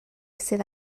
sydd